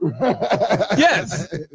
Yes